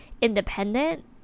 independent